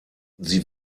sie